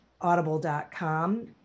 audible.com